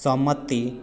सहमति